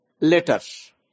letters